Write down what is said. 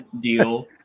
deal